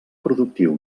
productiu